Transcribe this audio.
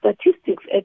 statistics